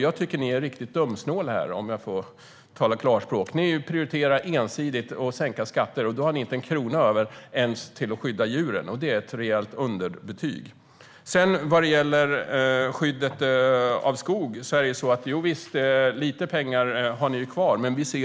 Jag tycker att ni är riktigt dumsnåla, om jag får tala klarspråk. Ni prioriterar ensidigt att sänka skatter, och då har ni inte en krona över till att skydda djuren. Det är ett rejält underbetyg. Visst har ni lite pengar kvar för skydd av skog.